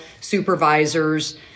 supervisors